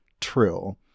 true